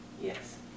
yes